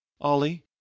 Ollie